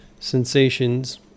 sensations